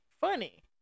funny